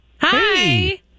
Hi